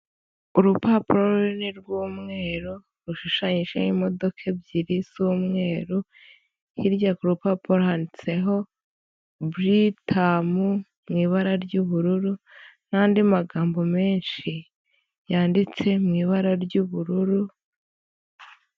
Urupapuro runini rw'umweru, rushushanyijeho imodoka ebyiri z'umweru, hirya ku rupapuro handitseho Britam mu ibara ry'ubururu, n'andi magambo menshi yanditse mu ibara ry'ubururu.